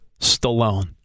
Stallone